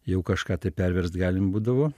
jau kažką tai perverst galim būdavo